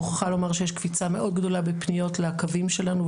מוכרחה לומר שיש קפיצה מאוד גדולה בפניות לקווים שלנו,